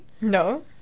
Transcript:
No